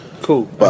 cool